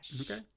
Okay